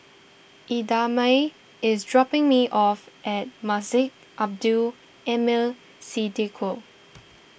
Idamae is dropping me off at Masjid Abdul Aleem Siddique